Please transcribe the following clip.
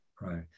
Right